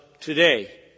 today